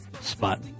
spot